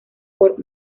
por